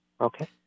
okay